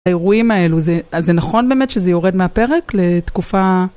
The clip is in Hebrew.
האירועים האלו, זה נכון באמת שזה יורד מהפרק לתקופה...